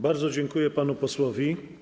Bardzo dziękuję panu posłowi.